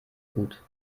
gut